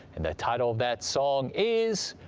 and the title of that song is,